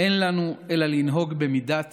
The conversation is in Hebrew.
אין לנו אלא לנהוג במידת